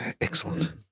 excellent